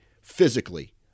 physically